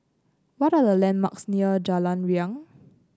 what are the landmarks near Jalan Riang